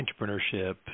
entrepreneurship